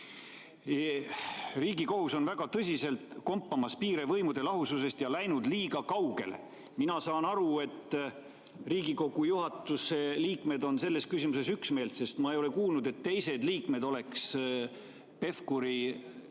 Riigikohus on väga tõsiselt kompamas piire võimude lahususest ja läinud liiga kaugele." Mina saan aru, et Riigikogu juhatuse liikmed on selles küsimuses ühel meelel, sest ma ei ole kuulnud, et teised liikmed oleks Pevkuri hinnangut